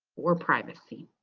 or privacy.